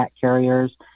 carriers